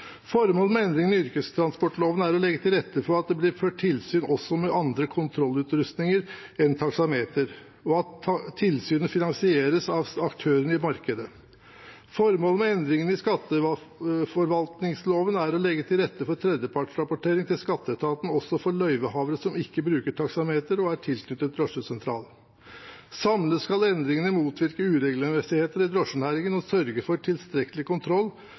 Formålet med endringen i yrkestransportloven er å legge til rette for at det blir ført tilsyn også med andre kontrollutrustninger enn taksameter, og at tilsynet finansieres av aktørene i markedet. Formålet med endringen i skatteforvaltningsloven er å legge til rette for tredjepartsrapportering til skatteetaten også for løyvehavere som ikke bruker taksameter og er tilknyttet drosjesentral. Samlet skal endringene motvirke uregelmessigheter i drosjenæringen og sørge for tilstrekkelig kontroll